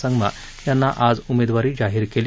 संगमा यांना आज उमेदवारी जाहीर केली